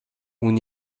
اون